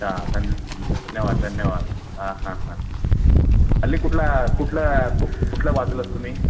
अच्छा धन धन्यवाद धन्यवाद हं हं हं हल्ली कुठला कुठलं कु कुठलं वाचलंच तुम्ही